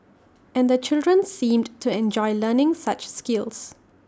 and the children seemed to enjoy learning such skills